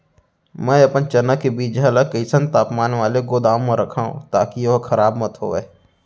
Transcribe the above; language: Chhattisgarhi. मैं अपन चना के बीजहा ल कइसन तापमान वाले गोदाम म रखव ताकि ओहा खराब मत होवय?